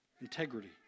integrity